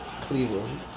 Cleveland